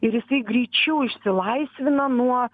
ir jisai greičiau išsilaisvina nuo